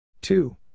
Two